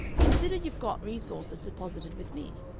consider you've got resources deposited with me.